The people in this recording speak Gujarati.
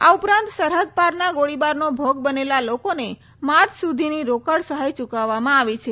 આ ઉપરાંત સરહદપારના ગોળીબારનો ભોગ બનેલા લોકોને માર્ચ સુધીની રોકડ સહાય ચૂકવવામાં આવી છે